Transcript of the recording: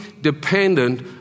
dependent